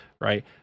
right